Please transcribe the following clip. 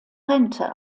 rente